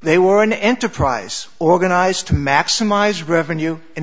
they were an enterprise organized to maximize revenue in a